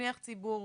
שליח ציבור,